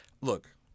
Look